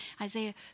Isaiah